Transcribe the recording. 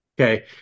Okay